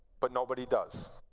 but nobody does.